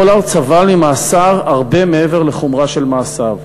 פולארד סבל ממאסר הרבה מעבר לחומרה של מעשיו.